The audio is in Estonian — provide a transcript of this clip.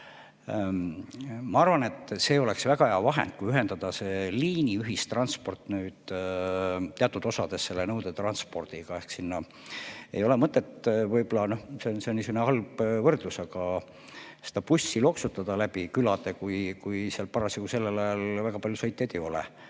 Ma arvan, et see oleks väga hea vahend, kui ühendada liiniühistransport teatud osas nõudetranspordiga. Ehk ei ole mõtet – võib-olla on see niisugune halb võrdlus, aga – seda bussi loksutada läbi külade, kui seal parasjagu sellel ajal väga palju sõitjaid ei ole.